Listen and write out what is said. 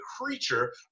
creature